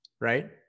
Right